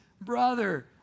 brother